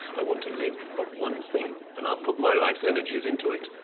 i want to live for one thing, and i'll put my life's energies into it.